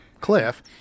cliff